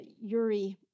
Yuri